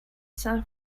san